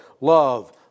love